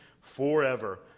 forever